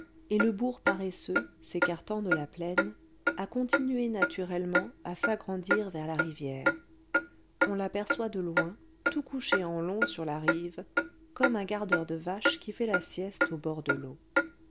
et le bourg paresseux s'écartant de la plaine a continué naturellement à s'agrandir vers la rivière on l'aperçoit de loin tout couché en long sur la rive comme un gardeur de vaches qui fait la sieste au bord de l'eau